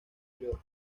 york